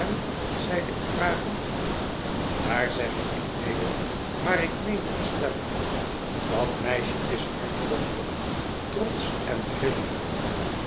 zeide ik vragend daar zeg ik niet neen op maar ik meende estella dat meisje is hardvochtig trotsch en